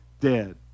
dead